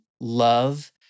love